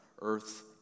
earth